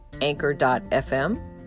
anchor.fm